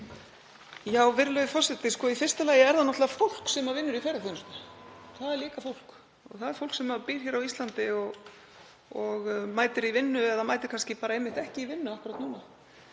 Virðulegur forseti. Í fyrsta lagi er það náttúrlega fólk sem vinnur í ferðaþjónustu. Það er líka fólk, það er fólk sem býr á Íslandi og mætir í vinnu eða mætir kannski bara einmitt ekki í vinnu akkúrat núna